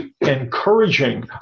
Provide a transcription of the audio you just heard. encouraging